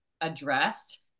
addressed